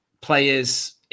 players